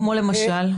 כמו למשל?